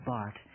Bart